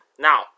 Now